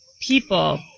people